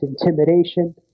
intimidation